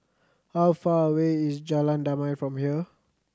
how far away is Jalan Damai from here